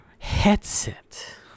headset